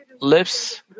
lips